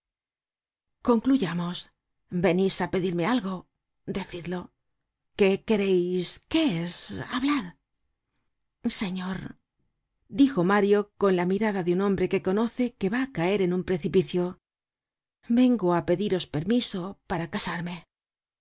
concluyamos venís á pedirme algo decidlo qué quereis qué es hablad señor dijo mario con la mirada de un hombre que conoce que va á caer en un precipicio vengo á pediros permiso para casarme